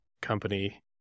company